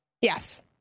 yes